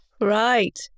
Right